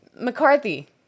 McCarthy